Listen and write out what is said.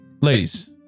ladies